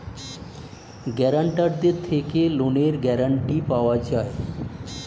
গ্যারান্টারদের থেকে লোনের গ্যারান্টি পাওয়া যায়